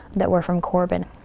that we're from corbin.